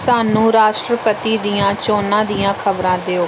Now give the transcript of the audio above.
ਸਾਨੂੰ ਰਾਸ਼ਟਰਪਤੀ ਦੀਆਂ ਚੋਣਾਂ ਦੀਆਂ ਖ਼ਬਰਾਂ ਦਿਓ